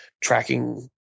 tracking